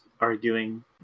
arguing